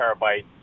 terabyte